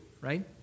right